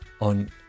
on